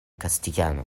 castellano